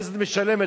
הכנסת משלמת,